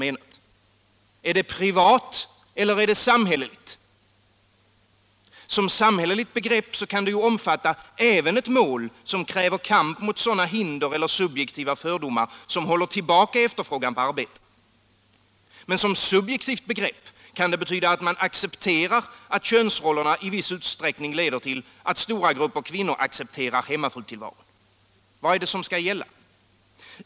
Är det privat eller samhälleligt? Som samhälleligt begrepp kan det omfatta även ett mål som kräver kamp mot sådana hinder eller subjektiva fördomar som håller tillbaka efterfrågan på arbete. Men som subjektivt begrepp kan det betyda att man accepterar att könsrollerna i viss utsträckning leder till att stora grupper kvinnor accepterar hemmafrutillvaron. Vad är det som skall gälla?